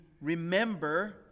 remember